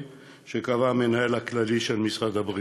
שקבע המנהל הכללי של משרד הבריאות.